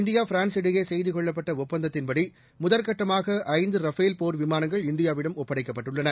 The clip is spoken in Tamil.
இந்தியா ஃபிரான்ஸ் இடையே செய்து கொள்ளப்பட்ட ஒப்பந்தத்தின்படி முதல்கட்டமாக ஐந்து ரஃபேல் போர்விமானங்கள் இந்தியாவிடம் ஒப்படைக்கப்பட்டுள்ளன